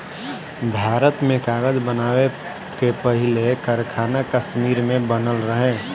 भारत में कागज़ बनावे के पहिला कारखाना कश्मीर में बनल रहे